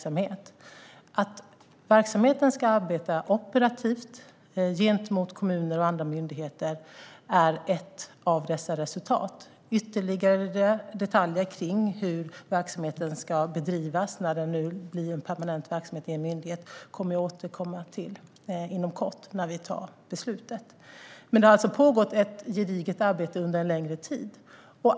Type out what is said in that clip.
Att verksamheten ska arbeta operativt gentemot kommuner och andra myndigheter är ett av dessa resultat. Ytterligare detaljer om hur verksamheten ska bedrivas när den nu blir en permanent verksamhet i en myndighet återkommer jag till inom kort när vi tar beslutet. Det har alltså pågått ett gediget arbete under en längre tid.